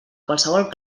qualsevol